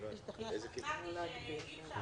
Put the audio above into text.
השתכנעתי שאי אפשר